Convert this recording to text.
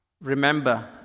remember